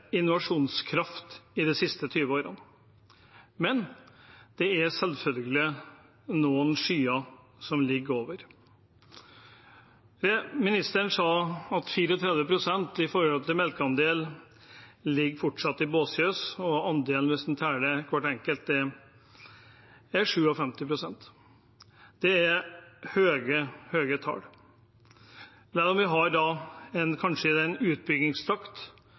innovasjonskraft de siste 20 årene, men det er selvfølgelig noen skyer som ligger over. Ministeren sa at 34 pst. av melka fortsatt produseres i båsfjøs, og hvis en teller hvert enkelt båsfjøs, er andelen 57 pst. av det totale antallet melkefjøs. Det er høye, høye tall. Selv om vi kanskje har den